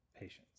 patience